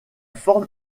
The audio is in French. forme